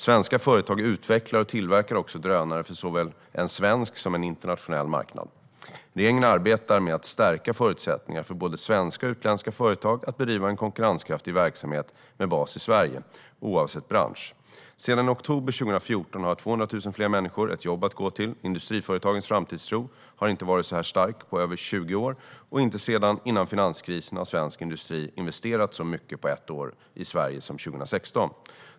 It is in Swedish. Svenska företag utvecklar och tillverkar också drönare för såväl en svensk som en internationell marknad. Regeringen arbetar med att stärka förutsättningarna för både svenska och utländska företag att bedriva en konkurrenskraftig verksamhet med bas i Sverige oavsett bransch. Sedan oktober 2014 har 200 000 fler människor ett jobb att gå till. Industriföretagens framtidstro har inte varit så här stark på över 20 år, och inte sedan innan finanskrisen har svensk industri investerat så mycket på ett år i Sverige som 2016.